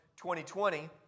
2020